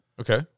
Okay